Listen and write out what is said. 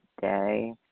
day